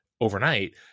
overnight